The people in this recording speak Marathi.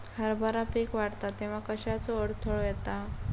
हरभरा पीक वाढता तेव्हा कश्याचो अडथलो येता?